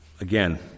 again